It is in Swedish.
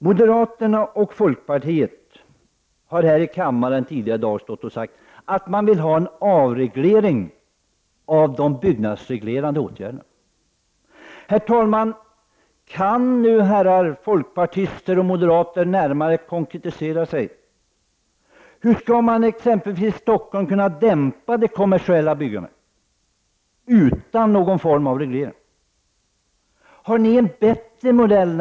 Moderaterna och folkpartiet har tidigare i dag i kammaren sagt att man vill ha en avreglering av de byggnadsreglerande åtgärderna. Kan herrar folkpartister och moderater närmare konkretisera sig? Hur skall t.ex. det kommersiella byggandet i Stockholm kunna dämpas utan någon form av reglering? Har ni en bättre modell?